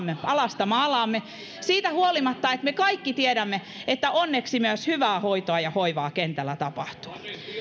alasta maalaamme siitä huolimatta että me kaikki tiedämme että onneksi myös hyvää hoitoa ja hoivaa kentällä tapahtuu